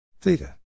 Theta